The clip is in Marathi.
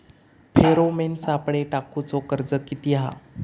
फेरोमेन सापळे टाकूचो खर्च किती हा?